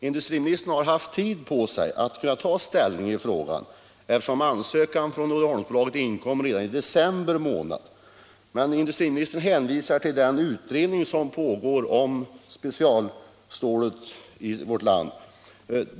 Industriministern har haft tid på sig att ta ställning i frågan, eftersom Uddeholmsbolagets ansökan om lokaliseringslån inkom redan i december månad. Industriministern hänvisar till den utredning som pågår om specialstålstillverkningen i vårt land.